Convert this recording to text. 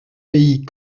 pays